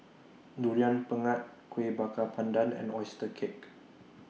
Durian Pengat Kueh Bakar Pandan and Oyster Cake